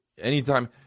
Anytime